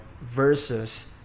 versus